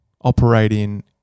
operating